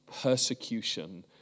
persecution